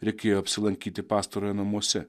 reikėjo apsilankyti pastarojo namuose